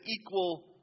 equal